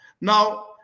now